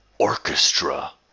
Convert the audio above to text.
Orchestra